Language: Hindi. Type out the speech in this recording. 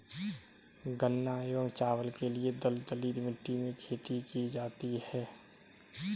गन्ना एवं चावल के लिए दलदली मिट्टी में खेती की जाती है